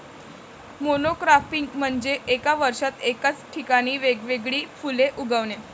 monocropping म्हणजे एका वर्षात एकाच ठिकाणी वेगवेगळी फुले उगवणे